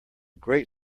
great